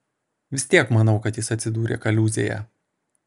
vis tiek manau kad jis atsidūrė kaliūzėje